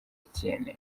etienne